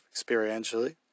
experientially